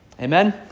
Amen